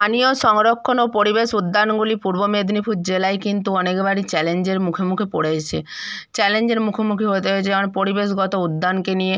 স্থানীয় সংরক্ষণ ও পরিবেশ উদ্যানগুলি পূর্ব মেদিনীপুর জেলায় কিন্তু অনেকবারই চ্যালেঞ্জের মুখে মুখে পড়েছে চ্যালেঞ্জের মুখোমুখি হতে হয়েছে যেমন পরিবেশগত উদ্যানকে নিয়ে